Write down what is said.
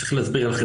צריך להסביר לכם,